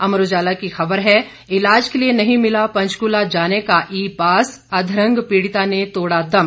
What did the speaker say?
अमर उजाला की खबर है इलाज के लिए नहीं मिला पंचकूला जाने का ई पास अधरंग पीड़िता ने तोड़ा दम